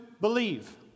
believe